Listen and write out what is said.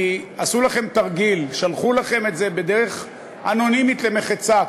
כי עשו לכם תרגיל: שלחו לכם את זה בדרך אנונימית למחצה,